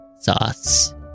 sauce